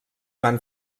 van